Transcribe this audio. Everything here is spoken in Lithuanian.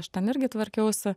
aš ten irgi tvarkiausi